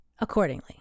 accordingly